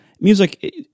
music